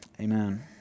amen